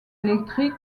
electric